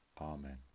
Amen